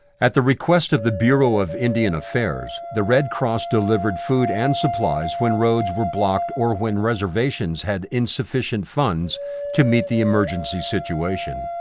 at the request of the bureau of indian affairs, the red cross delivered food and supplies when roads were blocked or when reservations had insufficient funds to meet the emergency situation.